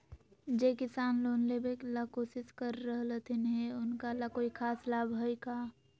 जे किसान लोन लेबे ला कोसिस कर रहलथिन हे उनका ला कोई खास लाभ हइ का?